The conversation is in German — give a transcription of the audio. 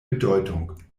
bedeutung